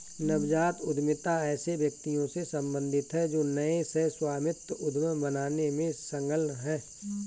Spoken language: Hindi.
नवजात उद्यमिता ऐसे व्यक्तियों से सम्बंधित है जो नए सह स्वामित्व उद्यम बनाने में संलग्न हैं